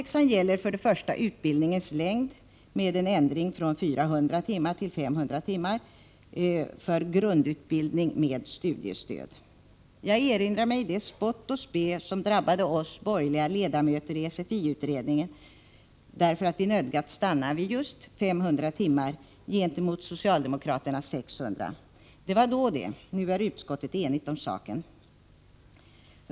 Först och främst gäller bakläxan utbildningstidens längd, nämligen ändringen från 400 till 500 timmar för grundutbildning med studiestöd. Jag erinrar mig det spott och spe som drabbade oss borgerliga ledamöter i SFlI-utredningen därför att vi nödgats stanna vid just 500 timmar, jämfört med socialdemokraternas förslag om 600 timmar. Men det var då. Nu är utskottet enigt om saken.